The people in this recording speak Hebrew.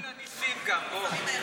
יש גבול לניסים גם, בוא.